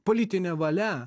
politinė valia